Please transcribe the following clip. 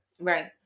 right